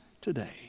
today